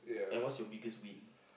and what's your biggest win